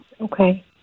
Okay